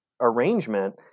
arrangement